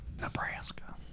nebraska